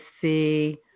see